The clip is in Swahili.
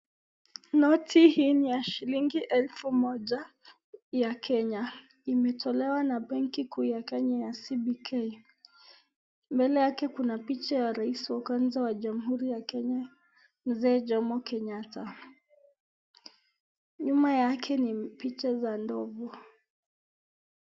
Noti hii ni ya shilimgi elfu moja ya Kenya. Imetolewa na benki kuu ya Kemya ya CBK. Mbele yake kuna picha ya rais wa kwanza wa jamhuri ya Kenya, mzee Jomo Kenyatta. Nyuma yake ni picha za ndovu.